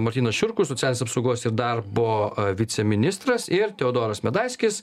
martynas šiurkus socialinės apsaugos ir darbo viceministras ir teodoras medaiskis